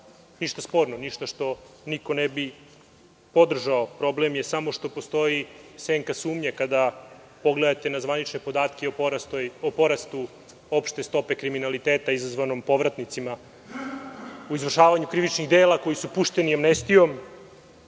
ništa sporno, ništa što niko ne bi podržao, jer problem je samo što postoji senka sumnje kada pogledate na zvanične podatke o porastu opšte stope kriminaliteta, a to je izazvano povratnicima u izvršavanju krivičnih dela, koji su pušteni amnestijom